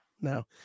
No